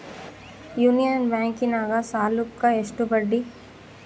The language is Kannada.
ಯೂನಿಯನ್ ಬ್ಯಾಂಕಿನಾಗ ಸಾಲುಕ್ಕ ಎಷ್ಟು ಬಡ್ಡಿ?